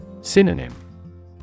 Synonym